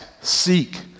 seek